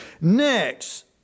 Next